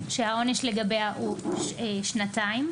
שהעונש לגביה הוא שנתיים.